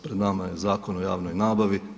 Pred nama je Zakon o javnoj nabavi.